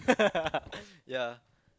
yeah